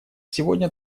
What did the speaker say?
сегодня